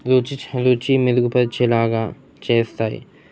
రుచి రుచి మెరుగుపరిచేలాగా చేస్తాయి